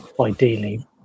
ideally